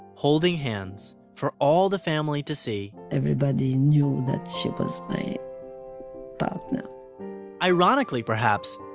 holding hands, for all the family to see, everybody knew that she was my partner ironically, perhaps,